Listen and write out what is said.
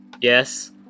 Yes